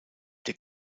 der